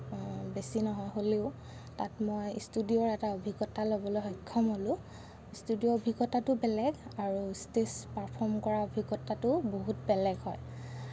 বেছি নহয় হ'লেও তাত মই ষ্টুডিঅ'ৰ এটা অভিজ্ঞতা ল'বলৈ সক্ষম হ'লোঁ ষ্টুডিঅ'ৰ অভিজ্ঞতাটো বেলেগ আৰু ষ্টেজ পাৰফৰ্ম কৰা অভিজ্ঞতাটোও বহুত বেলেগ হয়